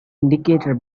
indicator